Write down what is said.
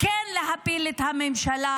להפיל את הממשלה,